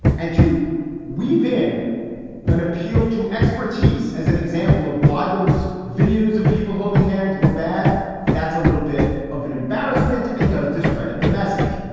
and to weave in an appeal to expertise as an example of why those videos of people holding hands were bad. that's a little bit of an embarrassment and does discredit the message.